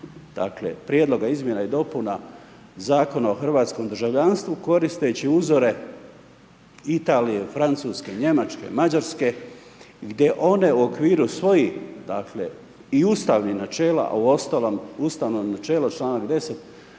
tekst prijedloga i izmjena Zakona o hrvatskom državljanstvu, koristeći uzore Italije, Francuske, Njemačke, Mađarske, gdje one u okviru, svojih, dakle, i Ustavnih načela, a i uostalom, Ustavno načelo, čl. 10.